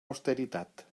austeritat